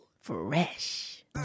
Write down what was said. Fresh